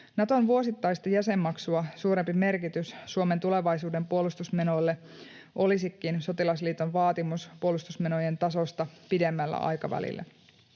Naton vuosittaista jäsenmaksua suurempi merkitys Suomen tulevaisuuden puolustusmenoille olisikin sotilasliiton vaatimus puolustusmenojen tasosta pidemmällä aikavälillä.